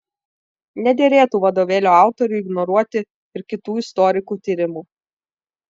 nederėtų vadovėlio autoriui ignoruoti ir kitų istorikų tyrimų